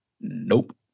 Nope